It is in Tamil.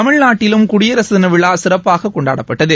தமிழ்நாட்டிலும் குடியரசு தின விழா சிறப்பாக கொண்டாடப்பட்டது